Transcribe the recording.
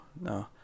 no